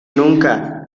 nunca